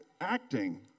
acting